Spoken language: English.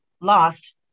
lost